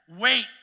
wait